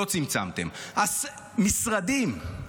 משרדים,